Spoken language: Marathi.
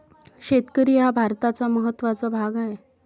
शेतकरी हा भारताचा महत्त्वाचा भाग आहे